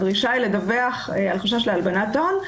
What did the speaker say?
הדרישה היא לדווח על חשש להבנת הון.